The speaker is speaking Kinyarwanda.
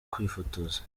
kwifotoza